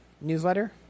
newsletter